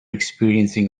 experiencing